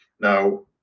Now